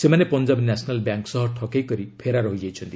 ସେମାନେ Punjab National Bank ସହ ଠକେଇ କରି ଫେରାର୍ ହୋଇଯାଇଛନ୍ତି